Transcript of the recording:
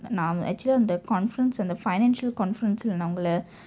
நான்:naan actually அந்த:andtha conference அந்த:andtha financial conference இல்ல நான் உங்களை:illa naan ungkala